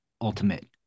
Ultimate